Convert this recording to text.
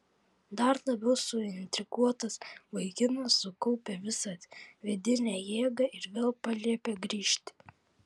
dar labiau suintriguotas vaikinas sukaupė visą vidinę jėgą ir vėl paliepė grįžti